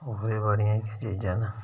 होर बी बड़िया चीज़ां न